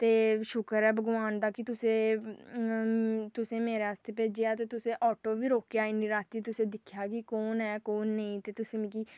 ते शुक्र ऐ भगोआन दा कि तुसें ई तुसें ई मेरे आस्तै भेजेआ ते तुसें आटो ओह् बी रोके इन्नी राती तुसें पुच्छेआ निं कु'न ऐ कु'न नेईं इन्नी रातीं तुसें मी